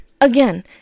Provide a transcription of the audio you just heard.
again